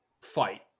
fight